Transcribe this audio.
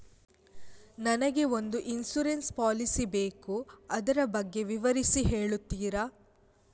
ನನಗೆ ಒಂದು insurance policy ಬೇಕು ಅದರ ಬಗ್ಗೆ ವಿವರಿಸಿ ಹೇಳುತ್ತೀರಾ?